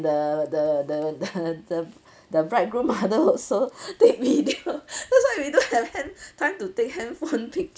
the the the the the the bridegroom mother also take video that's why we don't have hand time to take handphone picture